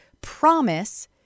promise